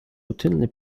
routinely